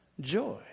joy